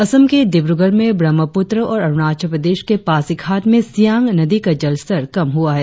असम के डिब्रगढ़ में ब्रह्मपुत्र और अरुणाचल प्रदेश के पासीघाट में सियांग नदी का जलस्तर कम हुआ है